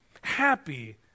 happy